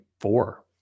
four